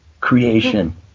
creation